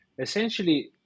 essentially